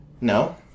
No